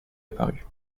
apparut